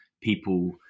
people